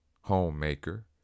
homemaker